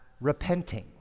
repenting